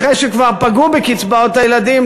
אחרי שכבר פגעו בקצבאות הילדים,